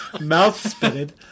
mouth-spitted